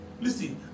Listen